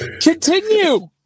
Continue